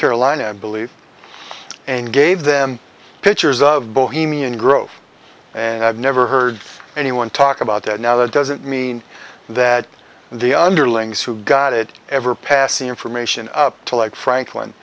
carolina and believe and gave them pictures of bohemian grove and i've never heard anyone talk about that now that doesn't mean that the underlings who got it ever passing information to like franklin